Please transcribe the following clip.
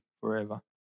forever